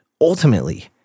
ultimately